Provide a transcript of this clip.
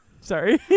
sorry